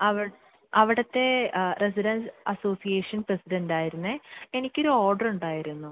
അവിടത്തെ residents association പ്രസിഡൻറ്റായിരുന്നേ എനിക്കൊരു ഓഡറുണ്ടായിരുന്നു